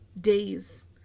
days